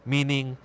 Meaning